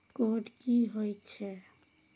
Code की होय छै?